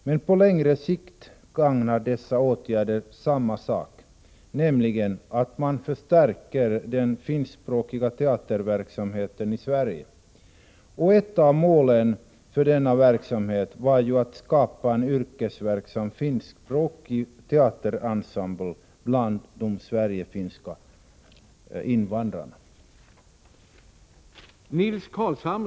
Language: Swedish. Men på längre sikt gagnar dessa åtgärder samma sak, nämligen att man förstärker den finskspråkiga teaterverksamheten i Sverige. Ett av målen för denna verksamhet var ju att skapa en yrkesverksam finskspråkig teaterensemble bland de finskspråkiga invandrarna i Sverige.